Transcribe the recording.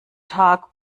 tag